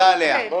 תודה, לאה.